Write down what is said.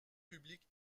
publiques